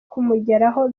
kumugeraho